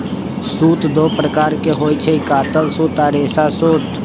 सूत दो प्रकार के होई छई, कातल सूत आ रेशा सूत